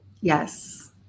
Yes